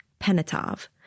Penetov